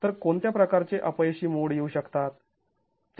तर कोणत्या प्रकारचे अपयशी मोड येऊ शकतात